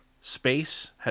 Space